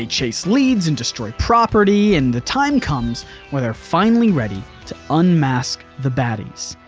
ah chase leads and destroy property and the time comes where they're finally ready to unmask the baddies,